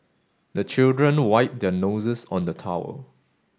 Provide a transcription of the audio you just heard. the children wipe their noses on the towel